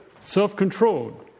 self-controlled